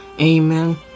Amen